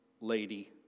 lady